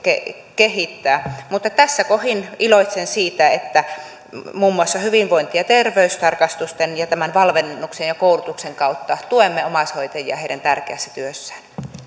kehittää mutta tässä kohdin iloitsen siitä että muun muassa hyvinvointi ja terveystarkastusten ja tämän valmennuksen ja koulutuksen kautta tuemme omaishoitajia heidän tärkeässä työssään